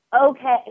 okay